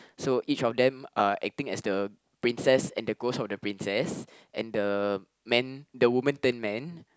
so each of them uh acting as the princess and the ghost of the princess and the man the woman turn man